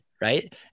right